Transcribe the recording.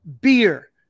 beer